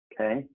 okay